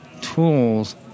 tools